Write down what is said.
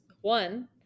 One